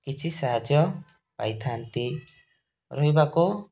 କିଛି ସାହାଯ୍ୟ ପାଇଥାନ୍ତି ରହିବାକୁ